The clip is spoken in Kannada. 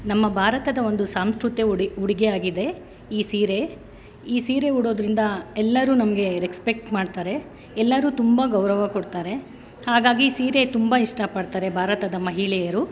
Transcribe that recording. ನಮ್ಮ ಭಾರತದ ಒಂದು ಸಾಂಸ್ಕೃತೀಯ ಉಡಿ ಉಡುಗೆ ಆಗಿದೆ ಈ ಸೀರೆ ಈ ಸೀರೆ ಉಡೋದರಿಂದ ಎಲ್ಲರೂ ನಮಗೆ ರೆಕ್ಸ್ಪೆಕ್ಟ್ ಮಾಡ್ತಾರೆ ಎಲ್ಲರೂ ತುಂಬ ಗೌರವ ಕೊಡ್ತಾರೆ ಹಾಗಾಗಿ ಸೀರೆ ತುಂಬ ಇಷ್ಟಪಡ್ತಾರೆ ಭಾರತದ ಮಹಿಳೆಯರು